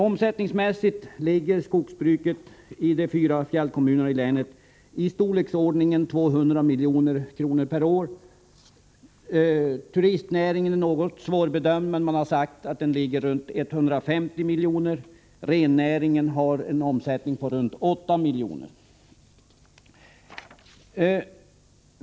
Omsättningsmässigt ligger skogsbruket i de fyra fjällkommunerna i länet i storleksordningen 200 miljoner per år. Turistnäringen är något svårbedömd, men man har sagt att omsättningen ligger runt 150 miljoner, och rennäringen har en omsättning runt 8 miljoner.